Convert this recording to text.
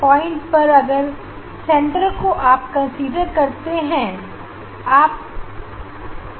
point पर अगर centre को आप कंसीडर करते हैं